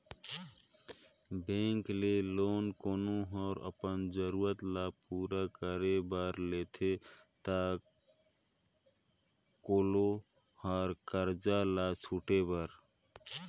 bank ले loan कोनो हर अपन जरूरत ल पूरा करे बर लेथे ता कोलो हर करजा ल छुटे बर